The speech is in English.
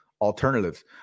alternatives